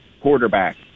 quarterback